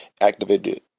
activated